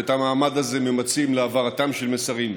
ואת המעמד הזה ממצים להעברתם של מסרים.